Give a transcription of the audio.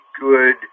good